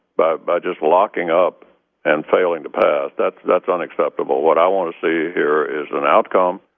but by just locking up and failing to pass that, that's unacceptable. what i want to see here is an outcome,